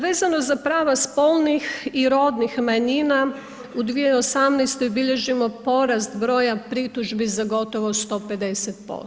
Vezano za prava spolnih i rodnih manjina, u 2018. bilježimo porast broja pritužbi za gotovo za 150%